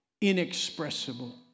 inexpressible